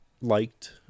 liked